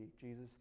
Jesus